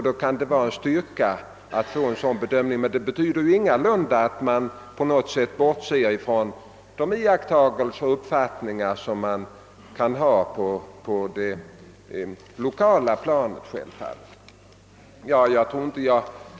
Det kan alltså vara en styrka att få en sådan bedömning, men den betyder självfallet ingalunda att man på något sätt bortser från de iakttagelser och uppfattningar som kan föreligga på det lokala planet.